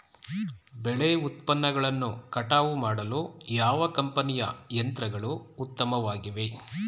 ಬೆಳೆ ಉತ್ಪನ್ನಗಳನ್ನು ಕಟಾವು ಮಾಡಲು ಯಾವ ಕಂಪನಿಯ ಯಂತ್ರಗಳು ಉತ್ತಮವಾಗಿವೆ?